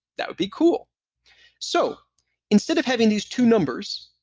that would be cool so instead of having these two numbers,